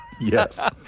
Yes